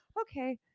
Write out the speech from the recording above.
Okay